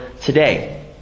today